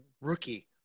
rookie